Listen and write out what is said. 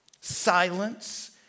Silence